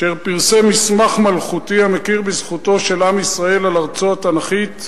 אשר פרסם מסמך מלכותי המכיר בזכותו של עם ישראל על ארצו התנ"כית,